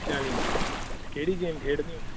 ਚਾਲੀ ਮਿੰਟ ਕਿਹੜੀ ਗੇਮ ਖੇਡਦੇ ਹੋ